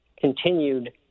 continued